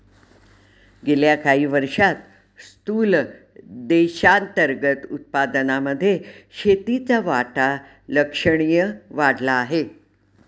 गेल्या काही वर्षांत स्थूल देशांतर्गत उत्पादनामध्ये शेतीचा वाटा लक्षणीय वाढला आहे